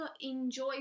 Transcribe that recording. enjoy